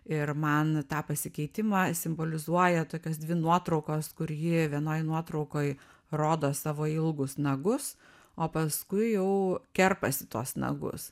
ir man tą pasikeitimą simbolizuoja tokios dvi nuotraukos kur ji vienoj nuotraukoje rodo savo ilgus nagus o paskui jau kerpasi tuos nagus